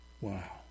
Wow